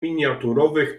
miniaturowych